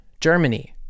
Germany